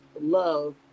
love